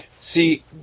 See